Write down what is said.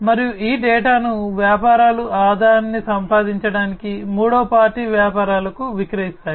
మరియు ఈ డేటాను వ్యాపారాలు ఆదాయాన్ని సంపాదించడానికి మూడవ పార్టీ వ్యాపారాలకు విక్రయిస్తాయి